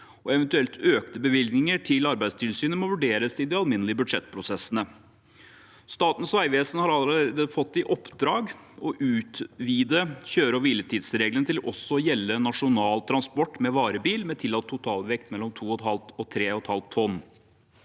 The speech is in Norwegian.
Eventuelle økte bevilgninger til Arbeidstilsynet må vurderes i de alminnelige budsjettprosessene. Statens vegvesen har allerede fått i oppdrag å utvide kjøre- og hviletidsreglene til også å gjelde nasjonal transport med varebil med tillatt totalvekt mellom 2,5 og 3,5 tonn.